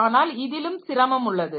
ஆனால் இதிலும் சிரமம் உள்ளது